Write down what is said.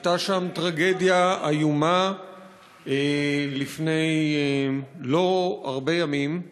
הייתה שם טרגדיה איומה לפני לא הרבה ימים,